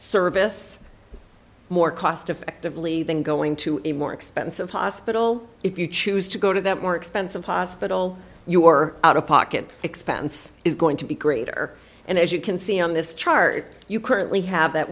service more cost effectively than going to a more expensive hospital if you choose to go to that more expensive hospital you're out of pocket expense is going to be greater and as you can see on this chart you currently have that